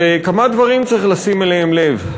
וכמה דברים צריך לשים אליהם לב.